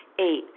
Eight